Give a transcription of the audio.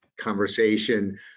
conversation